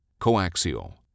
Coaxial